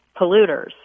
polluters